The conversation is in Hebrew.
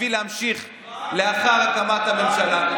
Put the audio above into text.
בשביל להמשיך לאחר הקמת הממשלה.